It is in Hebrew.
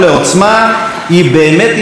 היא באמת העצימה אותנו.